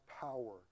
power